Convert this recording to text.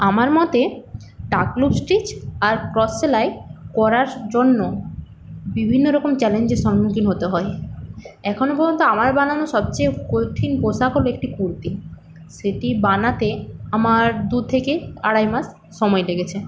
আমার মতে স্টিচ আর ক্রস সেলাই করার জন্য বিভিন্নরকম চ্যালেঞ্জের সম্মুখীন হতে হয় এখনও পর্যন্ত আমার বানানো সবচেয়ে কঠিন পোশাক হল একটি কুর্তি সেটি বানাতে আমার দুই থেকে আড়াই মাস সময় লেগেছে